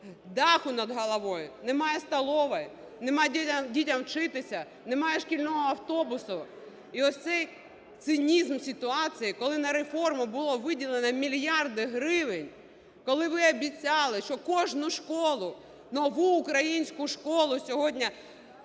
даху над головою, немає столовой, немає де дітям вчитися, немає шкільного автобусу. І ось цей цинізм ситуації, коли на реформу було виділено мільярди гривень, коли ви обіцяли, що кожну школу, нову українську школу сьогодні